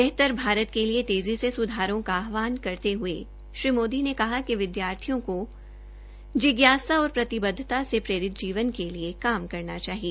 बेहतर भारत के लिए तेजी से स्धारों का आहवान करते हथे श्री मोदी ने कहा कि विद्यार्थियों को जिज्ञासा और प्रतिबतद्धता से प्रेरित जीवन के लिए काम करना चाहिए